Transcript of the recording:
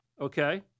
Okay